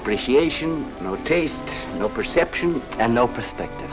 appreciation no taste no perception and no perspective